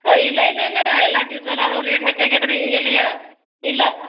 ಏಯ್ ಇಲ್ಲ ಇಲ್ಲ ಇಲ್ಲ ಎಲ್ಲ ಡೀಸೆಲೆಲ್ಲ ರೇಟ್ ಹೆಚ್ಚಾಗಿದ್ ರೀ ಈಗ ಎಲ್ಲಿಯ ಇಲ್ಲ